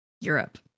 Europe